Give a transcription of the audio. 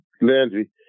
Landry